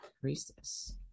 Priestess